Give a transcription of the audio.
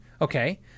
Okay